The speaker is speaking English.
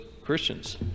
Christians